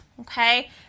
Okay